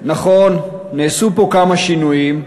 נכון, נעשו פה כמה שינויים,